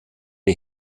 die